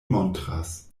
montras